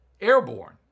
airborne